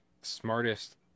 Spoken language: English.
smartest